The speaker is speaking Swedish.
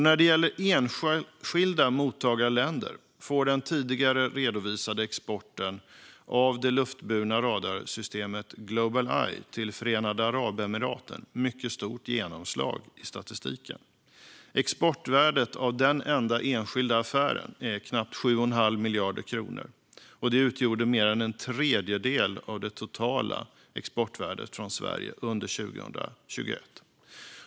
När det gäller enskilda mottagarländer får den tidigare redovisade exporten av det luftburna radarsystemet Global Eye till Förenade Arabemiraten mycket stort genomslag i statistiken. Exportvärdet av den enskilda affären är knappt 7 1⁄2 miljard kronor, och det utgjorde mer än en tredjedel av det totala exportvärdet från Sverige under 2021.